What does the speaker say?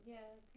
Yes